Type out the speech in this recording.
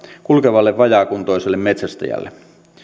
kulkevalle vajaakuntoiselle metsästäjälle